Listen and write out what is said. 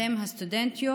אתן הסטודנטיות,